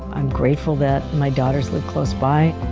i'm grateful that my daughters live close by.